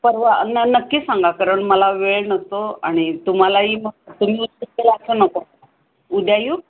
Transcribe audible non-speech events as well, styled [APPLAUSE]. परवा न नक्की सांगा कारण मला वेळ नसतो आणि तुम्हालाही म तुम्ही [UNINTELLIGIBLE] असं नको उद्या येऊ